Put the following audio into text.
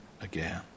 again